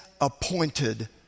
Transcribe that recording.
appointed